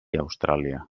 austràlia